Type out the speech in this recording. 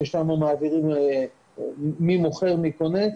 ששם מעבירים פרטים של מי מוכר ומי וקונה,